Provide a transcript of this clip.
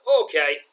okay